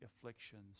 afflictions